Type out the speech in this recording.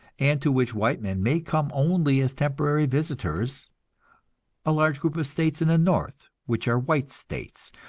and to which white men may come only as temporary visitors a large group of states in the north which are white states,